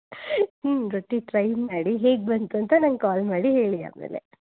ರೊಟ್ಟಿ ಟ್ರೈ ಮಾಡಿ ಹೇಗೆ ಬಂತೂಂತ ನನಗೆ ಕಾಲ್ ಮಾಡಿ ಹೇಳಿ ಆಮೇಲೆ